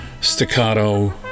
staccato